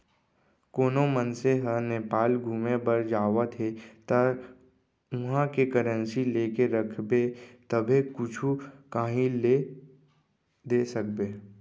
कोनो मनसे ह नेपाल घुमे बर जावत हे ता उहाँ के करेंसी लेके रखबे तभे कुछु काहीं ले दे सकबे